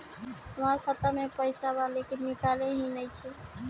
हमार खाता मे पईसा बा लेकिन निकालते ही नईखे?